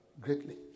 greatly